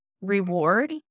reward